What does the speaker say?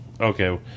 Okay